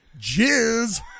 jizz